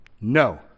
No